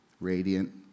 radiant